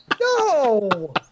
No